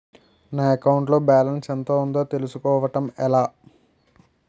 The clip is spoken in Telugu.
నా అకౌంట్ లో బాలన్స్ ఎంత ఉందో తెలుసుకోవటం ఎలా?